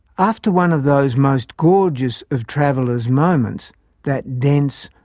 after one of those most gorgeous of travellers' moments that dense,